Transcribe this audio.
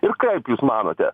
ir kaip jūs manote